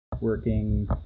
working